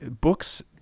books